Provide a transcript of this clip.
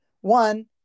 one